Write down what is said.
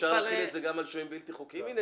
אפשר להחיל את זה גם שוהים בלתי חוקיים?